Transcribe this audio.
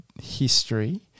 history